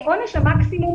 עונש המקסימום,